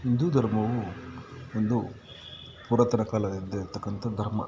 ಹಿಂದೂ ಧರ್ಮವೂ ಒಂದು ಪುರಾತನ ಕಾಲದಿಂದ ಇರತಕ್ಕಂತ ಧರ್ಮ